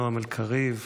נועם אלקריב,